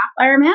Ironman